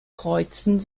kreuzten